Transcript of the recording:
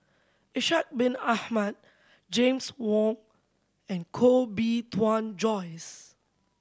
Ishak Bin Ahmad James Wong and Koh Bee Tuan Joyce